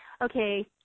Okay